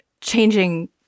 changing